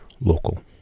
local